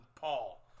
Paul